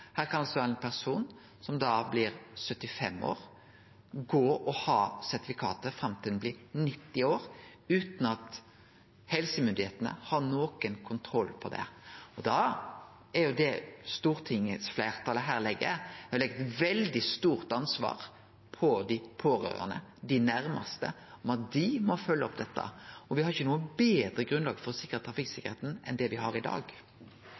kan ein person som blir 75 år, ha sertifikatet fram til ein blir 90 år, utan at helsemyndigheitene har nokon kontroll på det. Det stortingsfleirtalet her gjer, er å leggje eit veldig stort ansvar på dei pårørande, dei næraste, om at dei må følgje opp dette. Me har ikkje noko betre grunnlag for å sikre trafikksikkerheita enn det me har i dag.